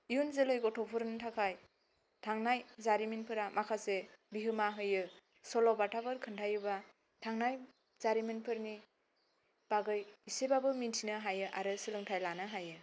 इयुन जोलै गथ'फोरनि थाखाय थांनाय जारिमिनफोरा माखासे बिहोमा होयो सल'बाथाफोर खोन्थायोबा थांनाय जारिमिनफोरनि बागै इसेबाबो मोन्थिनो हायो आरो सोलोंथाइ लानो हायो